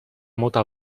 mota